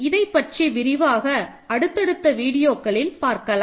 இதை பற்றி விரிவாக அடுத்தடுத்த வீடியோக்களில் பார்க்கலாம்